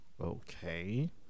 okay